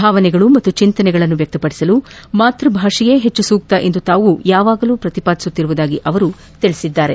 ಭಾವನೆಗಳು ಮತ್ತು ಚಿಂತನೆಗಳನ್ನು ವ್ಯಕ್ತಪಡಿಸಲು ಮಾತೃ ಭಾಷೆಯೇ ಹೆಚ್ಚು ಸೂಕ್ತ ಎಂದು ತಾವು ಯಾವಾಗಲೂ ಪ್ರತಿಪಾದಿಸುತ್ತಿರುವುದಾಗಿ ಎಂದು ಅವರು ತಿಳಿಸಿದ್ದಾರೆ